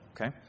okay